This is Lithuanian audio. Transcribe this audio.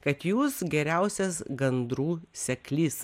kad jūs geriausias gandrų seklys